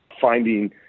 finding